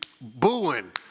booing